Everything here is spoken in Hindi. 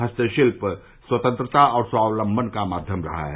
हस्तशिल्प स्वतंत्रता और स्वालम्बन का माध्यम रहा है